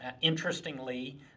Interestingly